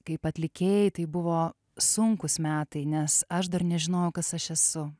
kaip atlikėjai tai buvo sunkūs metai nes aš dar nežinojau kas aš esu